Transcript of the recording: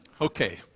Okay